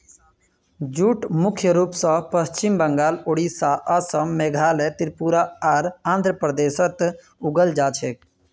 jute मुख्य रूप स पश्चिम बंगाल, ओडिशा, असम, मेघालय, त्रिपुरा आर आंध्र प्रदेशत उगाल जा छेक